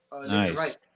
Nice